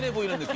we went